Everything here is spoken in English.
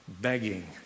begging